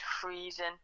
freezing